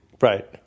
Right